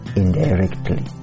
indirectly